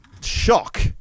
shock